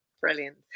Brilliant